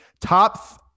Top